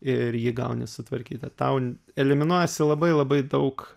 ir jį gauni sutvarkytą tau eliminuojasi labai labai daug